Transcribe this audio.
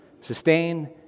sustain